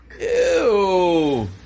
Ew